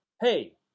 hey